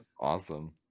Awesome